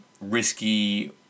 risky